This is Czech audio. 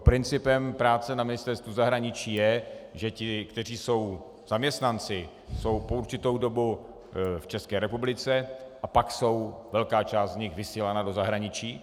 Principem práce na Ministerstvu zahraničí je, že ti, kteří jsou zaměstnanci, jsou po určitou dobu v České republice a pak je velká část z nich vysílána do zahraničí.